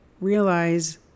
realize